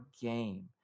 game